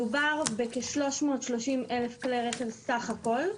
מדובר בכ-330,000 כלי רכב סך הכול,